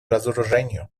разоружению